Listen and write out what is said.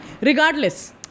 Regardless